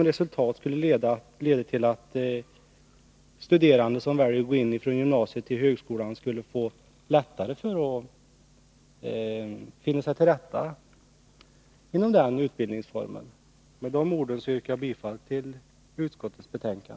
Resultatet skulle bli att studerande som väljer att gå från gymnasieskolan till högskolan skulle få lättare att finna sig till rätta inom den högre utbildningsformen. Med de orden yrkar jag bifall till utskottets hemställan.